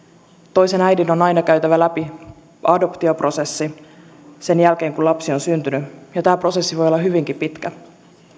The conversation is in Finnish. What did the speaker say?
toisen äidin on aina käytävä läpi adoptioprosessi sen jälkeen kun lapsi on syntynyt ja tämä prosessi voi olla hyvinkin pitkä